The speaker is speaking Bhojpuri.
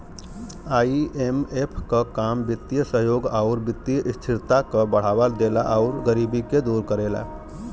आई.एम.एफ क काम वित्तीय सहयोग आउर वित्तीय स्थिरता क बढ़ावा देला आउर गरीबी के दूर करेला